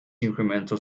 incremental